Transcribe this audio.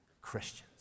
Christians